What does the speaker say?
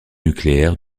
nucléaires